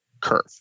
curve